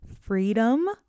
freedom